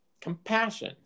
Compassion